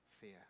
fear